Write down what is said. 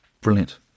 brilliant